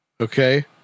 Okay